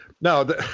No